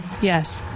Yes